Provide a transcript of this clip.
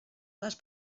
les